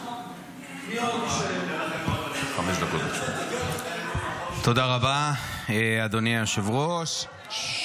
תודה רבה, אדוני היושב-ראש.